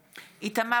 כן.